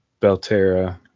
Belterra